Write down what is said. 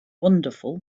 wonderful